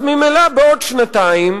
אז ממילא בעוד שנתיים